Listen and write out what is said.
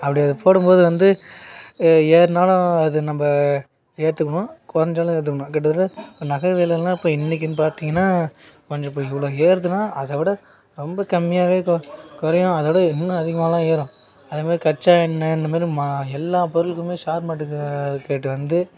அப்படி அதை போடும்போது வந்து ஏறினாலும் அது நம்ப ஏற்றுக்குனும் குறஞ்சாலும் ஏற்றுக்குனும் கிட்டத்தட்ட நகை விலயெல்லாம் இப்போ இன்னைக்குன்னு பார்த்திங்கன்னா கொஞ்சம் இப்போ இவ்வளோ ஏறுதுன்னா அதைவிட ரொம்ப கம்மியாகவே குறையும் அதோட இன்னும் அதிகமாகலாம் ஏறும் அதுமாரி கச்சா எண்ண இந்தமாதிரி மா எல்லா பொருளுக்குமே ஷேர் மார்கெட்டு வந்து